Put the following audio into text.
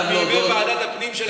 ועדת הפנים של הכנסת.